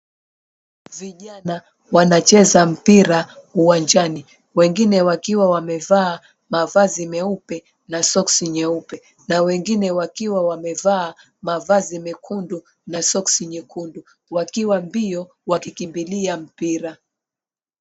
Vijana wanacheza mpira uwanjani; wengine wakiwa wamevaa mavazi meupe na soksi nyeupe na wengine wakiwa wamevaa mavazi mekundu na soksi nyekundu wakiwa mbio wakikimbilia mpira.